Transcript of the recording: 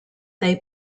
they